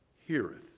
heareth